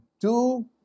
Two